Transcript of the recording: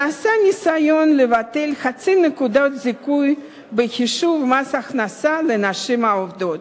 נעשה ניסיון לבטל חצי נקודת זיכוי בחישוב מס הכנסה לנשים עובדות.